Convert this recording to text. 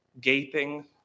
gaping